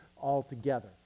altogether